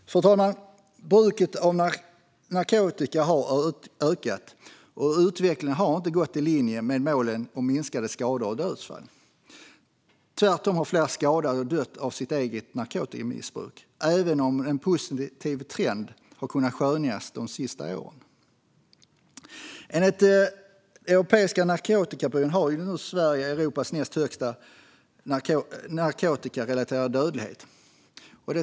Fru talman! Bruket av narkotika har ökat, och utvecklingen har inte legat i linje med målet om minskade skador och dödsfall. Tvärtom har fler skadats och dött av sitt eget narkotikabruk, även om en positiv trend har kunnat skönjas de senaste åren. Enligt den europeiska narkotikabyrån har Sverige nu Europas näst högsta narkotikarelaterade dödlighet.